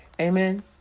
Amen